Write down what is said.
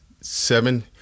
seven